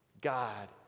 God